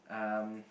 um